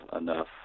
enough